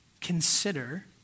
Consider